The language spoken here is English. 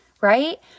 right